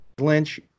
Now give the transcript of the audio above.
Lynch